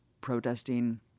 protesting